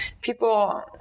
people